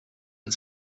had